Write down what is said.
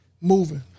moving